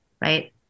right